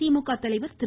திமுக தலைவர் திரு